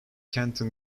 canton